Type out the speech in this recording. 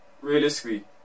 realistically